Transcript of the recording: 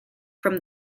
from